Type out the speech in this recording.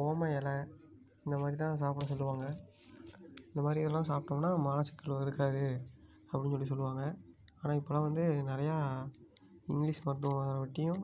ஓம எலை இந்த மாதிரிதான் சாப்பிட சொல்வாங்க இந்தமாதிரி எல்லாம் சாப்ட்டோம்னா மலச்சிக்கல் இருக்காது அப்படினு சொல்லி சொல்வாங்க ஆனால் இப்போல்லாம் வந்து நிறையா இங்கிலிஷ் மருத்துவம் வரங்காட்டியும்